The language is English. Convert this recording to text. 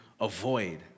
avoid